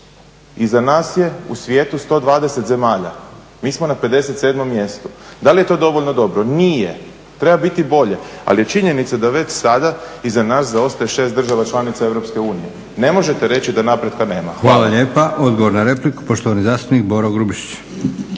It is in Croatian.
Iza nas je u svijetu 120 zemalja, mi smo na 57 mjestu. Da li je to dovoljno dobro? Nije. Treba biti bolje ali je činjenica da već sada iza nas zaostaje 6 država članica EU. Ne možete reći da napretka nema. **Leko, Josip (SDP)** Hvala lijepa. Odgovor na repliku, poštovani zastupnik Boro Grubišić.